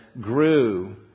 grew